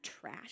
trash